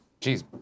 Jeez